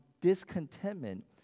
discontentment